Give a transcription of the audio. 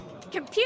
Computer